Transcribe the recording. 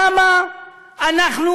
למה אנחנו,